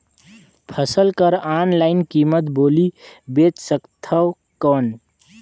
फसल कर ऑनलाइन कीमत बोली बेच सकथव कौन?